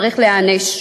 צריך להיענש,